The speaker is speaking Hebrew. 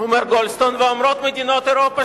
אומר גולדסטון ואומרות מדינות אירופה